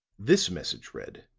this message read